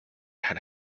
had